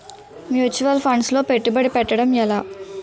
Mutual funds లో పెట్టుబడి పెట్టడం ఎలా?